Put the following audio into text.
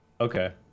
Okay